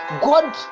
God